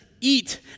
eat